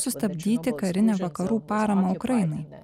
sustabdyti karinę vakarų paramą ukrainai